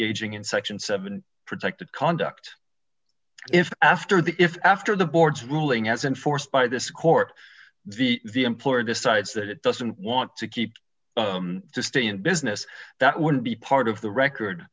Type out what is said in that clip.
aging in section seven protected conduct if after the if after the board's ruling as enforced by this court the employer decides that it doesn't want to keep to stay in business that would be part of the record